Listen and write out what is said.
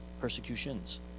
Persecutions